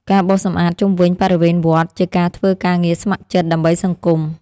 ការបោសសម្អាតជុំវិញបរិវេណវត្តជាការធ្វើការងារស្ម័គ្រចិត្តដើម្បីសង្គម។